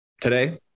today